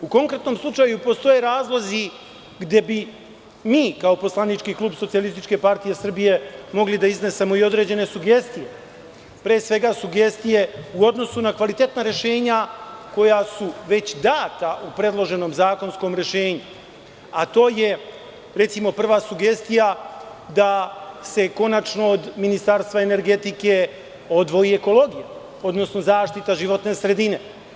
U konkretnom slučaju, postoje razlozi gde bi mi, kao poslanički klub SPS, mogli da iznesemo i određene sugestije, pre svega sugestije u odnosu na kvalitetna rešenja koja su već data u predloženom zakonskom rešenju, a to je, recimo, prva sugestija da se konačno od Ministarstva energetike odvoji ekologija, odnosno zaštita životne sredine.